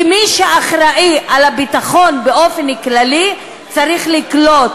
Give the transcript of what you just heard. כי מי שאחראי לביטחון באופן כללי צריך לקלוט